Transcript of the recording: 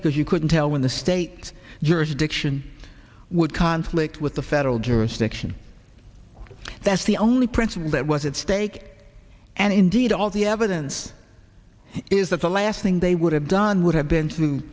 because you couldn't tell when the state jurisdiction would conflict with the federal jurisdiction that's the only principle that was at stake and indeed all the evidence is that the last thing they would have done would have been to